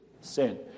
sin